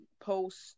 post